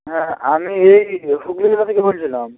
হ্যাঁ আমি এই হুগলি জেলা থেকে বলছিলাম